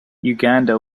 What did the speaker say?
uganda